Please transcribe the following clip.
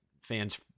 fans